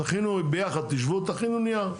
תכינו ביחד, תשבו, תכינו נייר.